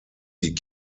die